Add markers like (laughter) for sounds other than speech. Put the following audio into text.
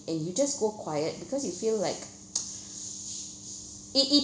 and you just go quiet because you feel like (noise) it it